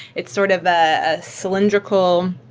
it's sort of a cylindrical,